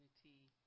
community